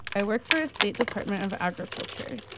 i work for a state department of agriculture.